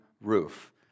roof